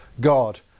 God